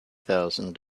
thousand